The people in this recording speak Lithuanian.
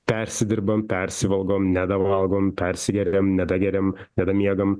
persidirbam persivalgom nebevalgom persigeriam nedageriam nebemiegam